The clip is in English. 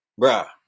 Bruh